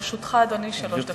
לרשותך, אדוני, שלוש דקות.